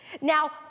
Now